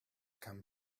come